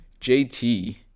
JT